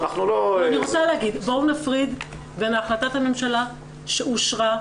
אנחנו לא --- בואו נפריד בין החלטת הממשלה שאושרה,